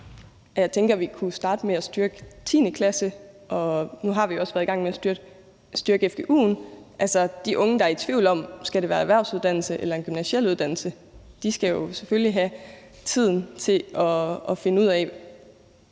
Jeg tænker, vi kunne starte med at styrke 10. klasse. Nu har vi også været i gang med at styrke fgu'en. Altså, de unge, der er i tvivl om, om det skal være en erhvervsuddannelse eller en gymnasial uddannelse, skal selvfølgelig have tiden til at finde ud af,